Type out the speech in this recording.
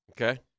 Okay